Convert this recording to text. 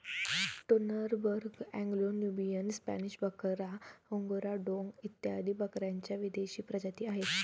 Toggenburg, Anglo Nubian, Spanish बकरा, Angora डोंग इत्यादी बकऱ्यांच्या विदेशी प्रजातीही आहेत